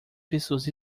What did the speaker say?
pessoas